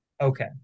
Okay